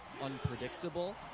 unpredictable